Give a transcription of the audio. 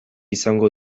izango